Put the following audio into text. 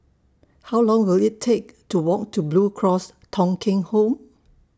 How Long Will IT Take to Walk to Blue Cross Thong Kheng Home